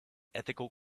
ethical